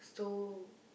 so